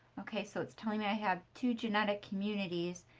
okay, so it's telling me i have two genetic communities,